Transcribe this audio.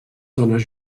dones